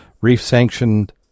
reef-sanctioned